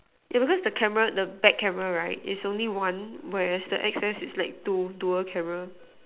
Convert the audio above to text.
yeah because the camera the back camera right is only one whereas the X S is like two dual camera